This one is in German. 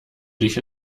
dich